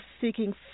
seeking